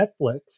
Netflix